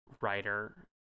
writer